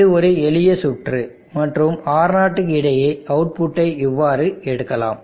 இது ஒரு எளிய சுற்று மற்றும் R0 க்கு இடையே அவுட்புட்டை இவ்வாறு எடுக்கலாம்